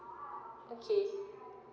okay